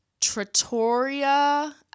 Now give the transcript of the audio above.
Trattoria